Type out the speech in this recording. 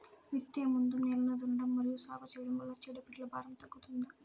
విత్తే ముందు నేలను దున్నడం మరియు సాగు చేయడం వల్ల చీడపీడల భారం తగ్గుతుందా?